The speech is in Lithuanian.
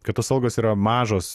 kad tos algos yra mažos